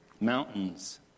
Mountains